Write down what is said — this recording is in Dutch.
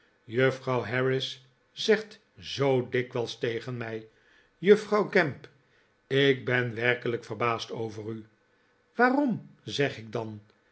juffrouw harris zegt zoo dikwijls tegen mij juffrouw gamp ik ben werkelijk verbaasd over u waarom r zeg ik dan